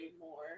more